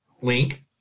link